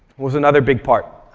was another big part.